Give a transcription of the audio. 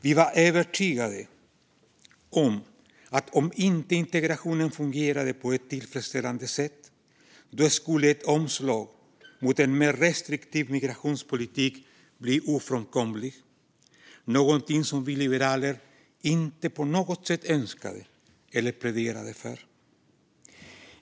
Vi var övertygade om att om inte integrationen fungerade på ett tillfredsställande sätt skulle ett omslag mot en mer restriktiv migrationspolitik bli ofrånkomligt, något som vi liberaler inte på något sätt önskade eller pläderade för.